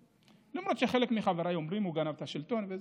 למרות שחלק מחבריי אומרים שהוא גנב את השלטון וכו'.